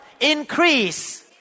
increase